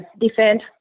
defend